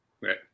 right